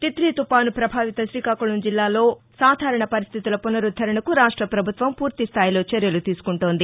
తిత్లీ తుపాను ప్రభావిత శ్రీకాకుళం జిల్లాలో సాధారణ పరిస్థితుల పునరుద్దరణకు రాష్ట ప్రభుత్వం పూర్తి స్లాయిలో చర్యలు తీసుకుంటోంది